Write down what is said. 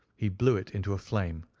he blew it into a flame,